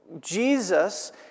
Jesus